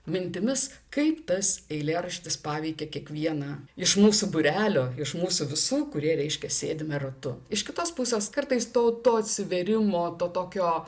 mintimis kaip tas eilėraštis paveikė kiekvieną iš mūsų būrelio iš mūsų visų kurie reiškia sėdime ratu iš kitos pusės kartais to to atsivėrimo to tokio